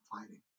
fighting